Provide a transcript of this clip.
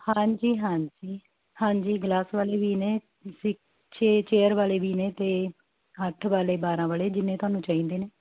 ਹਾਂਜੀ ਹਾਂਜੀ ਹਾਂਜੀ ਗਲਾਸ ਵਾਲੀ ਵੀ ਨੇ ਛੇ ਚੇਅਰ ਵਾਲੇ ਵੀ ਨੇ ਅਤੇ ਹੱਥ ਵਾਲੇ ਬਾਰ੍ਹਾਂ ਵਾਲੇ ਜਿੰਨੇ ਤੁਹਾਨੂੰ ਚਾਹੀਦੇ ਨੇ